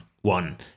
one